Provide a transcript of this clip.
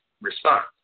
response